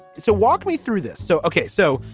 so walk me through this. so, ok, so.